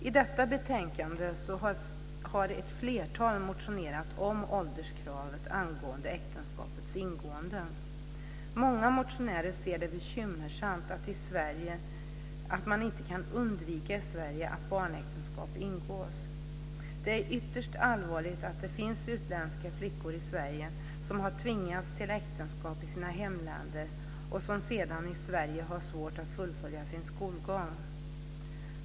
I detta betänkande behandlas flera motioner om ålderskravet angående äktenskapets ingående. Många motionärer ser det som bekymmersamt att man i Sverige inte kan undvika att barnäktenskap ingås. Det är ytterst allvarligt att det finns utländska flickor som har tvingats till äktenskap i sina hemländer och som sedan i Sverige har svårt att fullfölja sin skolgång.